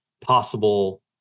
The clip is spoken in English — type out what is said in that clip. possible